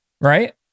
right